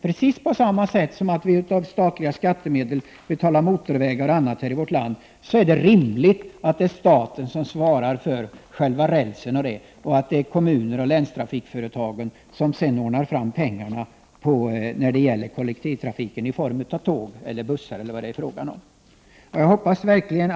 Precis på samma sätt som motorvägar och annat i vårt land betalas via statliga skattemedel är det rimligt att det är staten som svarar för själva rälsen och sådant, och att det är kommuner och länstrafikföretagen som sedan ordnar fram pengarna när det gäller kollektivtrafiken i form av tåg, bussar eller vad det kan röra sig om. Herr talman!